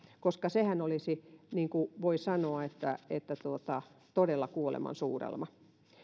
koska sehän olisi niin kuin voi sanoa todella kuolemansuudelma